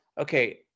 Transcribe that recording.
okay